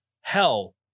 hell